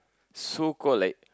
so called like